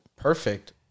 Perfect